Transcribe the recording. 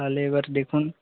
তাহলে এবার দেখুন